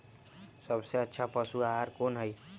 सबसे अच्छा पशु आहार कोन हई?